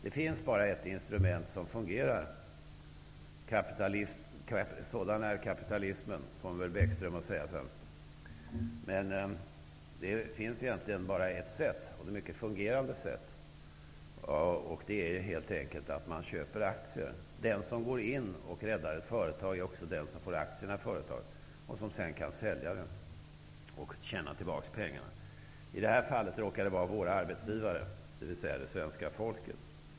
Det finns bara ett instrument som fungerar -- sådan är kapitalismen, kommer väl Lars Bäckström att säga -- men det fungerar mycket bra. Det är helt enkelt att man köper aktier. Den som går in och räddar ett företag är också den som får aktierna i företaget och som sedan kan sälja dem och tjäna tillbaka pengarna. I det här fallet råkar det vara våra arbetsgivare, dvs. svenska folket.